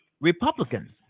Republicans